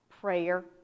prayer